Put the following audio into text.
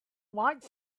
white